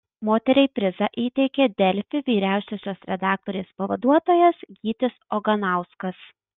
moteriai prizą įteikė delfi vyriausiosios redaktorės pavaduotojas gytis oganauskas